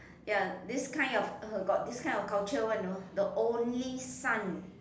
ya this kind of got this kind of culture [one] you know the only son